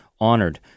honored